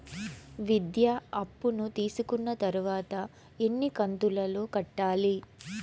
విద్య అప్పు తీసుకున్న తర్వాత ఎన్ని కంతుల లో కట్టాలి?